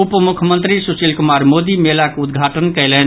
उप मुख्यमंत्री सुशील कुमार मोदी मेलाक उद्घाटन कयलनि